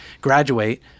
graduate